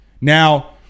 Now